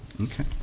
Okay